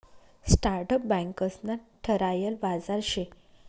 startup बँकंस ना ठरायल बाजार शे